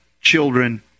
children